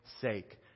sake